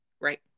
Right